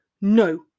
No